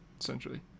essentially